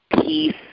peace